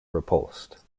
repulsed